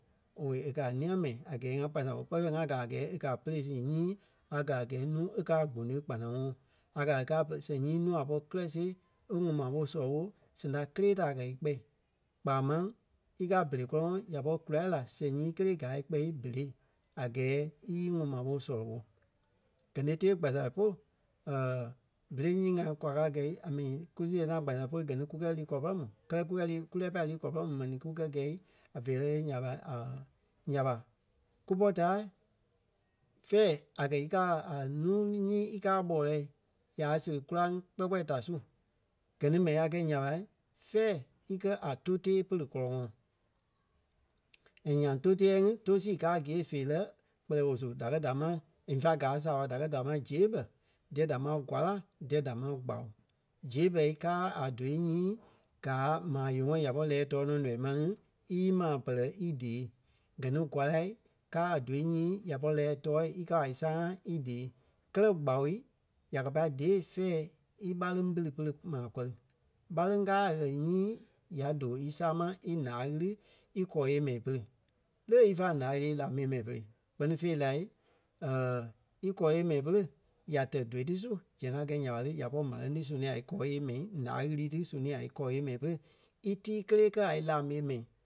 owei e kɛ̀ a ńîa mɛni a gɛɛ ŋa kpasa kɔ. Kpɛɛ fêi ŋá gaa a gɛɛ e kɛ̀ a pélɛ sii nyii a gaa a gɛɛ núu e kɛ̀ a gbonôi kpanaŋɔɔ. A gaa í kàa pere- sɛŋ nyii núu a pɔri kirɛ siɣe e ŋuŋ ma ɓo sɔlɔ ɓo sɛŋ da kélee da a kɛ̀ í kpɛ̂. Kpaa máŋ i kaa a berei kɔ́lɔŋɔɔ ya pɔri kula la sɛŋ nyii kélee gaa í kpɛ́ berei. A gɛɛ í íŋuŋ maa ɓo sɔlɔ ɓo. Gɛ ni e tée kpasa polu bɛ́lɛ nyii ŋai kwa káa gɛ̀i a mi kú siɣe naa kpasa polu gɛ ni kukɛ lii kɔlɔ pɛrɛ mu. Kɛ́lɛ kukɛ lii kú lɛ́ɛ pai lii kɔlɔ pɛrɛ mu mɛni kukɛ gɛi veerɛi nya ɓa nya ɓa kú pɔ́-taai fɛ̂ɛ a kɛ̀ í kàa a núu nyii í kàa ɓɔlɛɛ̂i ya siɣe kóraŋ kpɛɛ kpɛɛ da su. Gɛ ni mɛni a kɛi nya ɓa fɛ̂ɛ íkɛ a tóu tée pere kɔlɔŋɔɔ. And nyaŋ tou teɛ́ɛ ŋí tou sii kaa gîe feerɛ kpɛlɛɛ woo su da kɛ̀ da ma in fact gaa saaɓa da kɛ̀ da ma zebɛ, díyɛ da ma gwâra díyɛ da ma gbau. Zebɛ káa a dóui nyii gaa maa yeŋɔɔ ya pɔri lɛ́ɛ tɔ́ɔ nɔ nɔii ma ŋí ímaa pɛlɛ í dée. Gɛ ni gwâra gaa a dóui nyii ya pɔri lɛ́ɛ tɔɔ̂i í ka a í sã́a í dée. Kɛ́lɛ gbau ya kɛ́ pai dee fɛ̂ɛ í ɓáleŋ pili pere maa kɔri. ɓáleŋ kaa a ɣɛli nyii ya dóo í sâmai í ǹá ɣiri í kɔɔ-yée mɛi pere. Le ífa ǹaa ti ílaa mii yée mɛi pere kpɛ́ni fêi lai íkɔɔ yée mɛi pere ya tɛ̀ dóui ti su sɛŋ ya gɛi nya ɓa lé, ya pɔri ɓáleŋ ti sônii a íkɔɔ yée mɛi ǹá ɣiri ti sônii a í kɔɔ yée mɛi pere ítii kélee kɛ́ a í la-mii yée mɛi.